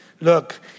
look